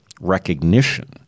recognition